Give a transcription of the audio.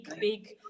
big